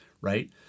right